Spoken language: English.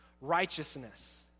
righteousness